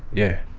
yeah.